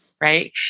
Right